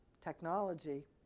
technology